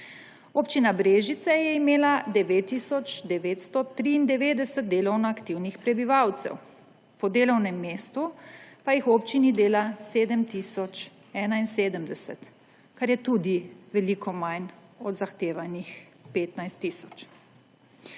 Občina Brežice je imela 9 tisoč 993 delovno aktivnih prebivalcev, po delovnem mestu pa jih v občini dela 7 tisoč 71, kar je tudi veliko manj od zahtevanih 15